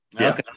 Okay